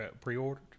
pre-ordered